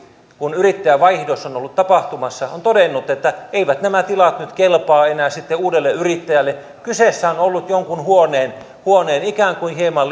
kun yrittäjänvaihdos on on ollut tapahtumassa on todennut että eivät nämä tilat nyt kelpaa enää sitten uudelle yrittäjälle kyseessä on ollut jonkin huoneen huoneen ikään kuin hieman